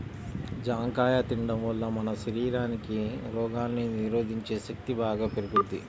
జాంకాయ తిండం వల్ల మన శరీరానికి రోగాల్ని నిరోధించే శక్తి బాగా పెరుగుద్ది